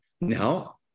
Now